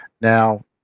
Now